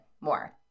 more